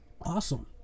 Awesome